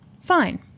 fine